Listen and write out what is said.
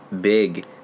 Big